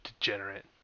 Degenerate